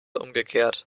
umgekehrt